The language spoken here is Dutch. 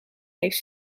heeft